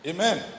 Amen